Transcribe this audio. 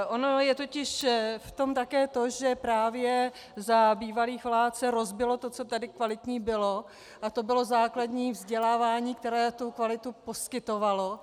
Ono je totiž v tom také to, že právě za bývalých vlád se rozbilo to, co tady kvalitní bylo, a to bylo základní vzdělávání, které tu kvalitu poskytovalo.